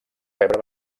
pebre